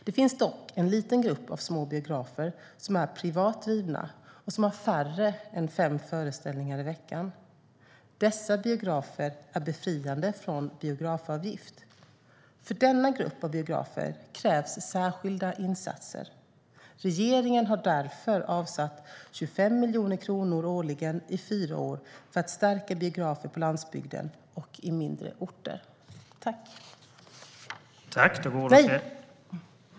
Det finns dock en liten grupp av små biografer som är privat drivna och som har färre än fem föreställningar i veckan. Dessa biografer är befriade från biografavgift. För denna grupp av biografer krävs särskilda insatser. Regeringen har därför avsatt 25 miljoner kronor årligen i fyra år för att stärka biografer på landsbygden och i mindre orter.